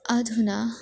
अधुना